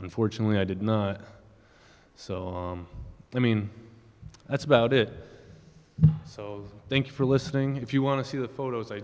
unfortunately i didn't so i mean that's about it thanks for listening if you want to see the photos i